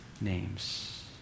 names